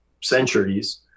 centuries